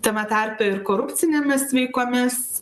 tame tarpe ir korupcinėmis veikomis